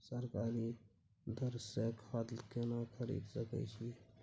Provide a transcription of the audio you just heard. सरकारी दर से खाद केना खरीद सकै छिये?